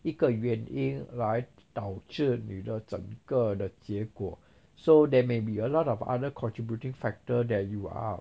一个原因来导致你的这整个的结果 so there may be a lot of other contributing factor that you are